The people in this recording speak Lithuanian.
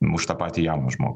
už tą patį jauną žmogų